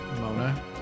Mona